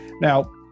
Now